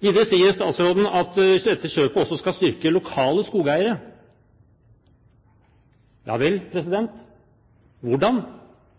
Videre sier statsråden at dette kjøpet også skal styrke lokale skogeiere. Javel, hvordan? Det hører vi ingenting om. Det nevnes makeskifte. Ja,